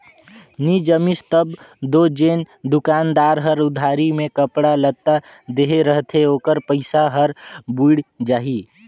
नी जमिस तब दो जेन दोकानदार हर उधारी में कपड़ा लत्ता देहे रहथे ओकर पइसा हर बुइड़ जाही